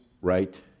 right